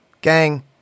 gang